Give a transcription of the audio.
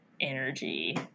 energy